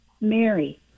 Mary